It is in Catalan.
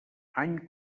any